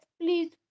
please